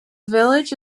village